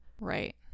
Right